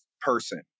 person